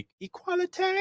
equality